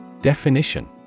Definition